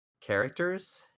characters